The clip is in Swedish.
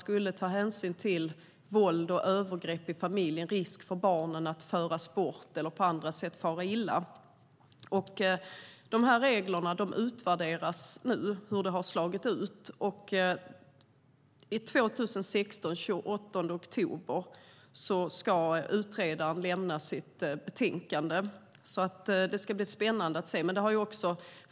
Man tog hänsyn till våld och övergrepp i familjen, till om det fanns risk för barnen att föras bort eller på andra sätt fara illa. Hur dessa regler har slagit ut utvärderas nu. Den 28 oktober 2016 ska utredaren lämna sitt betänkande. Det ska bli spännande att ta del av det.